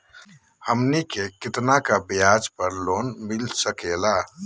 हमनी के कितना का ब्याज पर लोन मिलता सकेला?